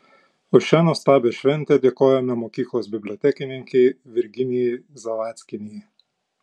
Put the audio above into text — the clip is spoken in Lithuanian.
už šią nuostabią šventę dėkojame mokyklos bibliotekininkei virginijai zavadskienei